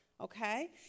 okay